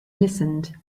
listened